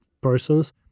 persons